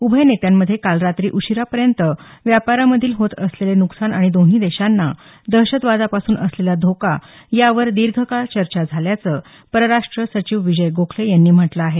उभय नेत्यांमध्ये काल रात्री उशिरापर्यंत व्यापारामधील होत असलेले नुकसान आणि दोन्ही देशांना दहशतवादापासून असलेला धोका यावर दीर्घकाळ चर्चा करण्यात आल्याचं परराष्ट सचिव विजय गोखले यांनी म्हटलं आहे